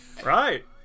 Right